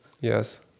Yes